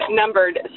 numbered